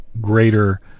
greater